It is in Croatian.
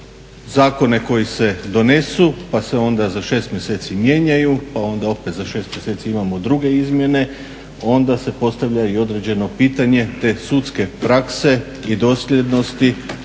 zakone koji se donesu pa se onda za 6 mjeseci mijenjaju pa onda opet za 6 mjeseci imamo druge izmjene, onda se postavlja određeno pitanje te sudske prakse i dosljednosti